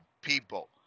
people